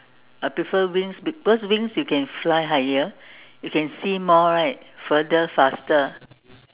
I prefer wings because wings you can fly higher you can see more right further faster